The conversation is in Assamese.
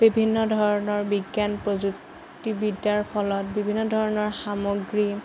বিভিন্ন ধৰণৰ বিজ্ঞান প্ৰযুক্তিবিদ্যাৰ ফলত বিভিন্ন ধৰণৰ সামগ্ৰী